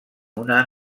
una